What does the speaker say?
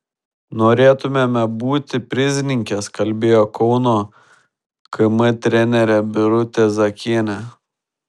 norėtumėme būti prizininkės kalbėjo kauno km trenerė birutė zakienė